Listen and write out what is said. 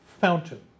Fountain